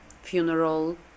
funeral